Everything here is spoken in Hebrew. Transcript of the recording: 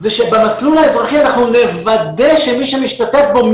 זה שבמסלול האזרחי אנחנו נוודא שמי שמשתתף בו,